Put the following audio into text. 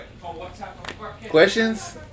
Questions